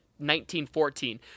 1914